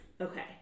Okay